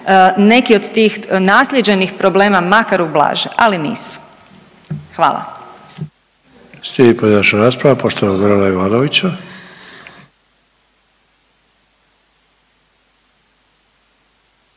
neki od tih naslijeđenih problema makar ublaže, ali nisu. Hvala.